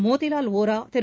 Motilal Vora Thiru